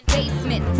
Basement